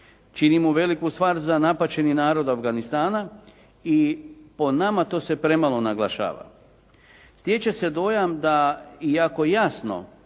Činimo veliku stvar za napaćeni narod Afganistana i po nama, to se premalo naglašava. Stječe se dojam da iako jasno